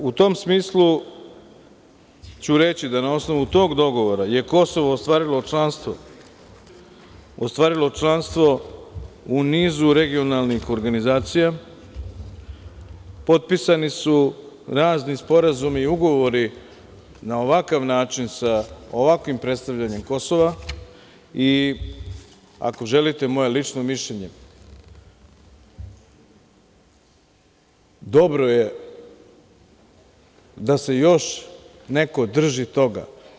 U tom smislu, ću reći da na osnovu tog dogovora je Kosovo ostvarilo članstvo u nizu regionalnih organizacija, potpisani su razni sporazumi i ugovori na ovakav način sa ovakvim predstavljanjem Kosova i ako želite moje lično mišljenje, dobro je da se još neko drži toga.